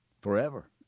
forever